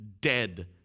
dead